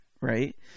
right